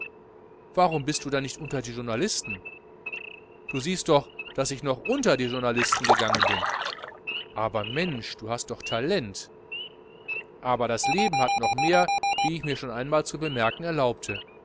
warum bist du nicht unter die journalisten du siehst doch daß ich noch unter die journalisten gegangen bin aber mensch du hast doch talent aber das leben hat noch mehr wie ich mir schon ein mal zu bemerken erlaubte